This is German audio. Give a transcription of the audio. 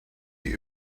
die